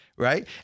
Right